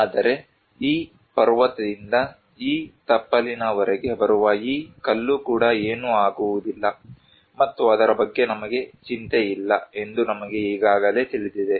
ಆದರೆ ಈ ಪರ್ವತದಿಂದ ಈ ತಪ್ಪಲಿನವರೆಗೆ ಬರುವ ಈ ಕಲ್ಲು ಕೂಡ ಏನೂ ಆಗುವುದಿಲ್ಲ ಮತ್ತು ಅದರ ಬಗ್ಗೆ ನಮಗೆ ಚಿಂತೆ ಇಲ್ಲ ಎಂದು ನಮಗೆ ಈಗಾಗಲೇ ತಿಳಿದಿದೆ